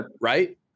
Right